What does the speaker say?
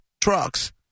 trucks